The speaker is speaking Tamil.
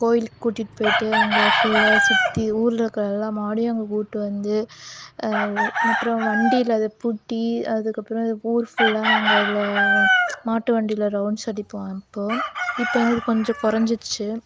கோவிலுக்கு கூட்டிகிட்டு போய்ட்டு அங்கே ஃபுல்லாக சுற்றி ஊரில் இருக்கிற எல்லா மாட்டையும் அங்கே கூப்பிட்டு வந்து அப்புறம் வண்டியில் அதை பூட்டி அதுக்கு அப்புறம் அதை ஊர் ஃபுல்லாக நாங்கள் அதில் மாட்டு வண்டியில் ரவுண்ட்ஸ் அடிப்போம் அப்போது இப்போயெலாம் இது கொஞ்சம் குறைஞ்சிடிச்சி